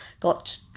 got